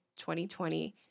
2020